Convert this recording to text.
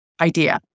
idea